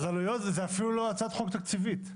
זה אפילו לא הצעת חוק תקציבית.